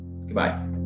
Goodbye